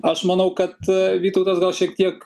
aš manau kad vytautas gal šiek tiek